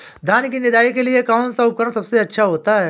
धान की निदाई के लिए कौन सा उपकरण सबसे अच्छा होता है?